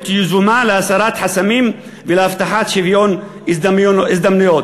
יזומה להסרת חסמים ולהבטחת שוויון הזדמנויות.